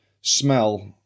smell